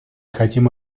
хотим